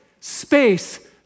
space